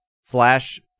Slash